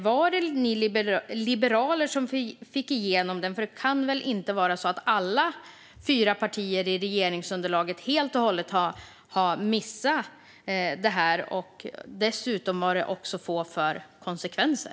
Var det ni liberaler som fick igenom den? Det kan väl inte vara så att alla fyra partier i regeringsunderlaget helt och hållet har missat det här och dessutom missat vad det får för konsekvenser?